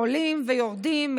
עולים ויורדים,